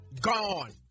gone